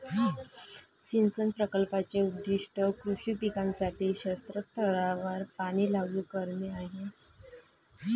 सिंचन प्रकल्पाचे उद्दीष्ट कृषी पिकांसाठी क्षेत्र स्तरावर पाणी लागू करणे आहे